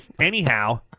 anyhow